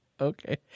Okay